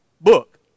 book